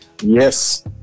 yes